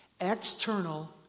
External